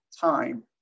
time